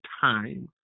time